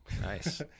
nice